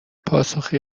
پاسخی